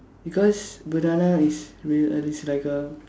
because banana is real and it's like a